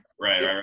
right